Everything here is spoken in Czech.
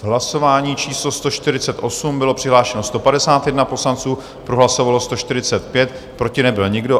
Hlasování číslo 148, bylo přihlášeno 151 poslanců, pro hlasovalo 145, proti nebyl nikdo.